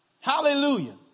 Hallelujah